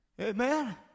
Amen